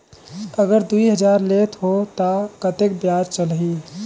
अगर दुई हजार लेत हो ता कतेक ब्याज चलही?